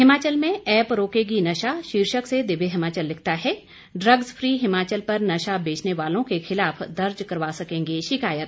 हिमाचल में ऐप रोकेगी नशा शीर्षक से दिव्य हिमाचल लिखता है ड्रग्स फ्री हिमाचल पर नशा बेचने वालों के खिलाफ दर्ज करवा सकेंगे शिकायत